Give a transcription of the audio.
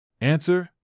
Answer